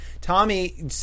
Tommy